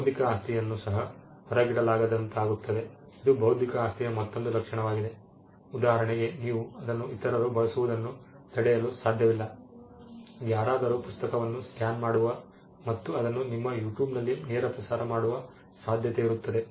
ಬೌದ್ಧಿಕ ಆಸ್ತಿಯನ್ನು ಸಹ ಹೊರಗಿಡಲಾಗದಂತಾಗುತ್ತದೆ ಇದು ಬೌದ್ಧಿಕ ಆಸ್ತಿಯ ಮತ್ತೊಂದು ಲಕ್ಷಣವಾಗಿದೆ ಉದಾಹರಣೆಗೆ ನೀವು ಅದನ್ನು ಇತರರು ಬಳಸುವುದನ್ನು ತಡೆಯಲು ಸಾಧ್ಯವಿಲ್ಲ ಯಾರಾದರೂ ಪುಸ್ತಕವನ್ನು ಸ್ಕ್ಯಾನ್ ಮಾಡುವ ಮತ್ತು ಅದನ್ನು ನಿಮ್ಮ ಯುಟ್ಯೂಬ್ನಲ್ಲಿ ನೇರ ಪ್ರಸಾರ ಮಾಡುವ ಸಾಧ್ಯತೆ ಇರುತ್ತದೆ